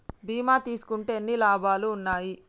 బీమా తీసుకుంటే ఎన్ని లాభాలు ఉన్నాయి?